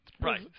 Right